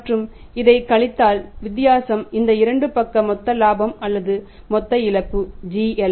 மற்றும் இதை கழித்தல் வித்தியாசம் இந்த 2 பக்க மொத்த லாபம் அல்லது மொத்த இழப்பு GL